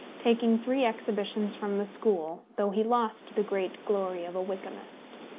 taking three exhibitions from the school, though he lost the great glory of a wykamist.